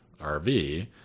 RV